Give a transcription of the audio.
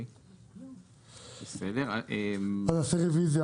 נעשה רוויזיה